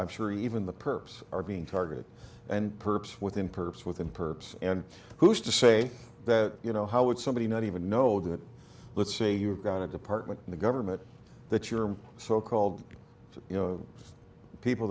i'm sure even the perps are being targeted and perps within perps within perps and who's to say that you know how would somebody not even know that let's say you've got a department in the government that your so called you know people